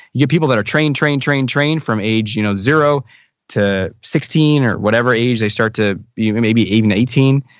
you have people that are trained, trained, trained trained from age you know zero to sixteen or whatever age they start to maybe even eighteen.